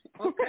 okay